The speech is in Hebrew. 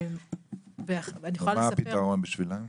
אז מה הפתרון בשבילם?